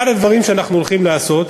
אחד הדברים שאנחנו הולכים לעשות,